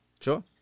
Sure